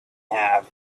have